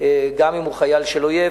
גם אם הוא חייל של אויב,